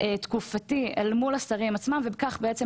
תקופתי אל מול השרים עצמם וכך בעצם